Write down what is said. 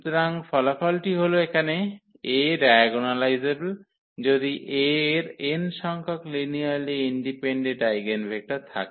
সুতরাং ফলাফলটি হল এখানে A ডায়াগোনালাইজেবল যদি A এর n সংখ্যক লিনিয়ারলি ইন্ডিপেন্ডেন্ট আইগেনভেক্টর থাকে